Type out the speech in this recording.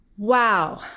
wow